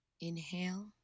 inhale